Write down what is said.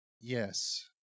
Yes